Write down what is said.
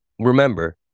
remember